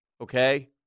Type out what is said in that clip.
Okay